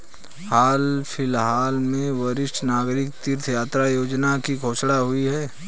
हाल फिलहाल में वरिष्ठ नागरिक तीर्थ यात्रा योजना की घोषणा हुई है